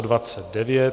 29.